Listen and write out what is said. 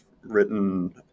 written